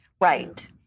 Right